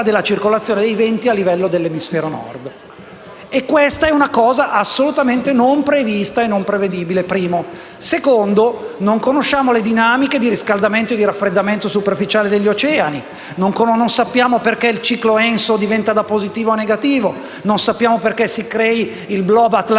della circolazione dei venti a livello dell'emisfero nord, e questa è una cosa assolutamente non prevista e non prevedibile. In secondo luogo, non conosciamo le dinamiche di riscaldamento e di raffreddamento superficiale degli oceani, non sappiamo perché il ciclo ENSO passi da positivo a negativo, non sappiamo perché si crei il "blob atlantico"